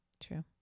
True